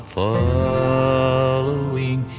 following